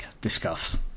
Discuss